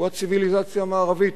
הוא הציוויליזציה המערבית,